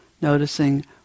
noticing